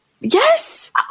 yes